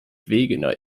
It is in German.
wegener